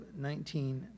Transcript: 19